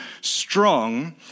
strong